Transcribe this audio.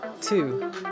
two